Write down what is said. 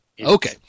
Okay